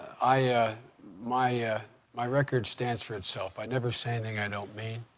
i i my my record stands for itself. i never say anything i don't mean.